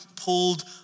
pulled